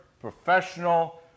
professional